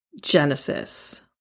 Genesis